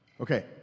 Okay